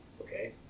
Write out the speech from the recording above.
Okay